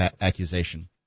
accusation